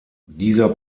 dieser